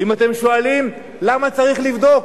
ואם אתם שואלים למה צריך לבדוק,